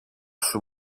σου